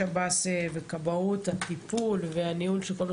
שב"ס וכבאות הטיפול והניהול של כל מה